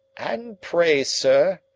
and pray, sir,